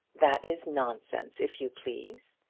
that is nonsense, if you please.